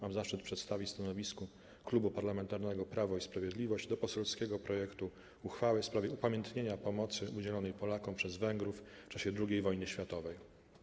Mam zaszczyt przedstawić stanowisko Klubu Parlamentarnego Prawo i Sprawiedliwość wobec poselskiego projektu uchwały w sprawie upamiętnienia pomocy udzielonej Polakom przez Węgrów w czasie II wojny światowej.